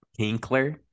Kinkler